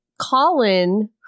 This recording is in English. colin